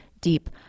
deep